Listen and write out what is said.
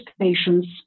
patients